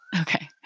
Okay